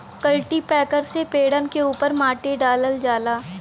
cultipacker से पेड़न के उपर माटी डालल जाला